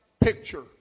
picture